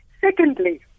Secondly